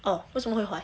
orh 为什么会坏